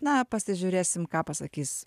na pasižiūrėsim ką pasakys